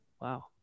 Wow